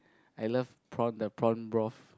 I love prawn the prawn broth